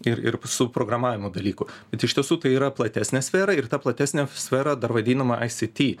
ir ir su programavimo dalyku bet iš tiesų tai yra platesnė sfera ir ta platesnė sfera dar vadinama ai sity